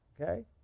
okay